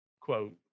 quote